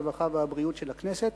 הרווחה והבריאות של הכנסת,